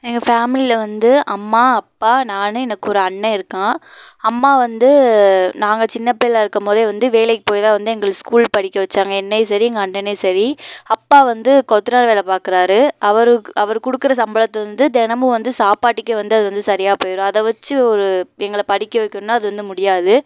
எங்கள் ஃபேமிலியில வந்து அம்மா அப்பா நான் எனக்கொரு அண்ண இருக்கான் அம்மா வந்து நாங்கள் சின்னப்பிள்ளையில இருக்கும்போதே வந்து வேலைக்கு போய் தான் வந்து எங்களை ஸ்கூல் படிக்க வச்சாங்கள் என்னையும் சரி எங்கள் அண்ணனையும் சரி அப்பா வந்து கொத்தனார் வேலை பார்க்குறாரு அவர் கு அவர் கொடுக்குற சம்பளத்தில் வந்து தினமும் வந்து சாப்பாட்டுக்கே வந்து அது வந்து சரியாக போயிடும் அதை வச்சு ஒரு எங்களை படிக்க வைக்கணுன்னா அது வந்து முடியாது